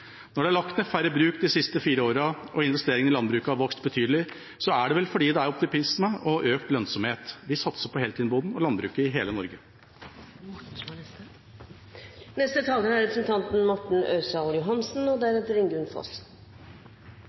Når det er lagt ned færre bruk de siste fire årene og investeringene i landbruket har vokst betydelig, er vel det fordi det er optimisme og økt lønnsomhet. Vi satser på heltidsbonden og landbruket i hele Norge. Det har vært mange gode innlegg med mye god kritikk av denne regjeringen – god og